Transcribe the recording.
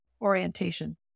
orientation